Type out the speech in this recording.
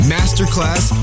Masterclass